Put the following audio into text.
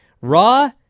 Raw